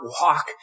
walk